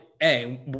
Hey